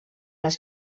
les